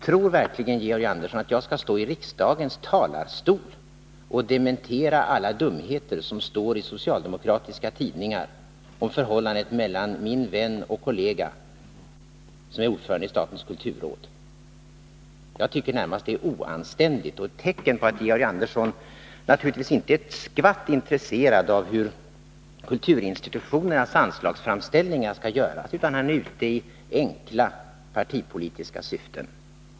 Tror verkligen Georg Andersson att jag skall här i riksdagens talarstol dementera alla dumheter som står i socialdemokratiska tidningar om förhållandet mellan min vän och kollega, som är ordförande i statens kulturråd? Jag tycker närmast att detta är oanständigt och ett tecken på att Georg Andersson naturligtvis inte är ett skvatt intresserad av hur kulturinstitutionernas anslagsframställningar skall göras, utan att han är ute i enkla partipolitiska syften.